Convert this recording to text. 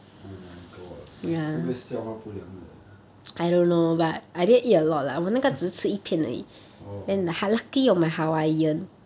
oh my god this 会不会消化不良的 orh